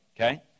Okay